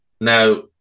Now